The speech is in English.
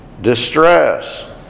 distress